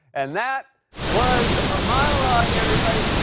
and that was a monologue, everybody.